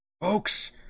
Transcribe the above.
folks